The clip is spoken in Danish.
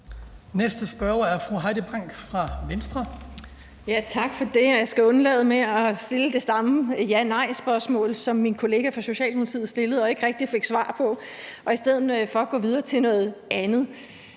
Næste spørger er fru Heidi Bank fra Venstre. Kl. 15:35 Heidi Bank (V): Tak for det. Jeg skal undlade at stille det samme ja-/nej-spørgsmål, som min kollega fra Socialdemokratiet stillede og ikke rigtig fik svar på, og i stedet for gå videre til noget andet.